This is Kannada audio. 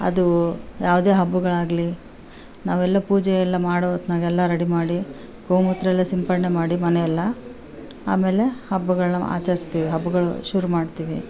ಅದು ಯಾವುದೇ ಹಬ್ಬಗಳಾಗಲಿ ನಾವೆಲ್ಲ ಪೂಜೆಯೆಲ್ಲ ಮಾಡೋ ಹೊತ್ನಾಗೆಲ್ಲ ರೆಡಿ ಮಾಡಿ ಗೋ ಮೂತ್ರೆಲ್ಲ ಸಿಂಪಡ್ಣೆ ಮಾಡಿ ಮನೆಯೆಲ್ಲ ಆಮೇಲೆ ಹಬ್ಬಗಳನ್ನ ಆಚರಿಸ್ತೀವಿ ಹಬ್ಬಗಳು ಶುರು ಮಾಡ್ತೀವಿ